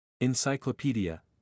Encyclopedia